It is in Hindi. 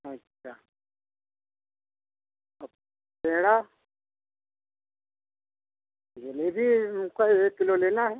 अच्छा पेड़ा जलेबी काएक किलो लेना है